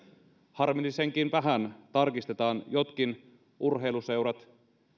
harmillisenkin vähän tarkistetaan jotkin urheiluseurat